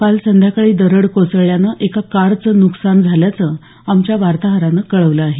काल संध्याकाळी दरड कोसळल्यानं एका कारचं नुकसान झाल्याचं आमच्या वार्ताहरानं कळवलं आहे